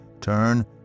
Turn